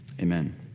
amen